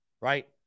right